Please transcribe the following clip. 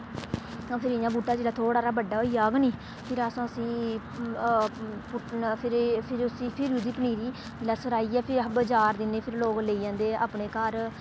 ते फिर इ'यां बूह्टा जिल्लै बड्डा होई जाग निं फिर असें उस्सी फिर फिरी ओह्दी पनीरी जिसलै राहियै फिर अस बजार दिन्नें फिर लोग लेई जंदे अपने घर